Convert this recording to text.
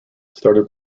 started